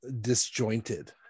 disjointed